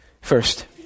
First